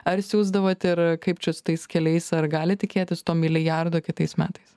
ar siųsdavot ir kaip čia su tais keliais ar gali tikėtis to milijardo kitais metais